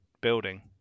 building